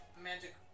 magic